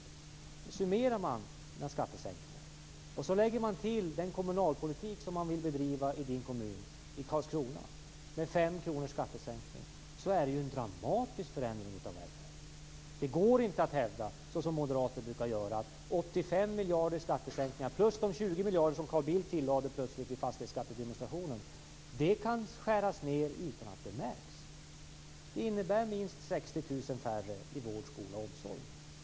Om man summerar hans skattesänkningar och lägger till den kommunalpolitik som man vill bedriva i hans kommun, Karlskrona, med en skattesänkning på 5 kr, innebär det ju en dramatisk förändring av välfärden. Det går inte att hävda, så som moderater brukar göra, att 85 miljarder i skattesänkningar plus de 20 miljarder som Carl Bildt plötsligt lade till vid demonstrationen mot fastighetsskatten kan genomföras utan att det märks. Det innebär minst 60 000 färre i vård, skola och omsorg.